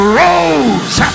rose